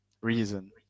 reason